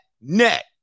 neck